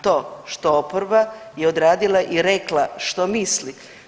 To što oporba je odradila i rekla što misli.